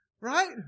Right